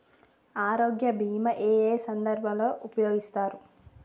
ఆరోగ్య బీమా ఏ ఏ సందర్భంలో ఉపయోగిస్తారు?